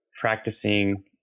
practicing